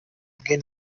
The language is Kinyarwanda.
again